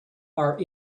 are